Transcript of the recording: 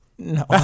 No